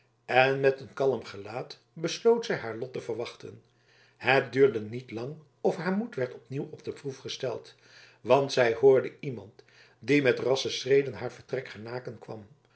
en met een kalm gelaat besloot zij naar lot te verwachten het duurde niet lang of haar moed werd opnieuw op de proef gesteld want zij hoorde iemand die met rassche schreden haar vertrek genaken kwam